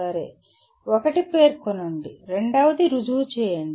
సరే ఒకటి పేర్కొనండి మరియు రెండవది రుజువు చేయండి